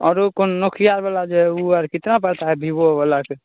औरो कोन Nokia R वाला जो है उ आर कितना पड़ता है भीवो वला क